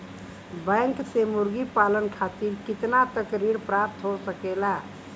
Bank से मुर्गी पालन खातिर कितना तक ऋण प्राप्त हो सकेला?